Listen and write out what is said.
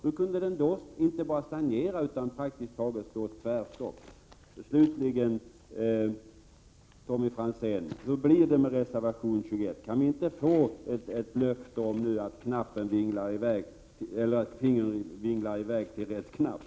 Hur kunde den då inte bara stagnera, utan praktiskt taget få tvärstopp? Slutligen, Tommy Franzén, hur blir det med reservation 21? Kan vi inte få ett löfte om att fingrarna vinglar iväg till rätt knapp?